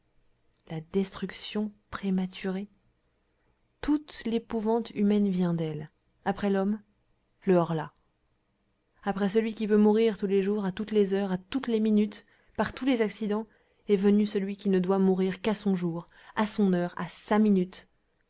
la destruction prématurée toute l'épouvante humaine vient d'elle après l'homme le horla après celui qui peut mourir tous les jours à toutes les heures à toutes les minutes par tous les accidents est venu celui qui ne doit mourir qu'à son jour à son heure à sa minute